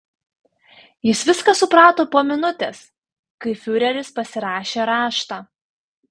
jis viską suprato po minutės kai fiureris pasirašė raštą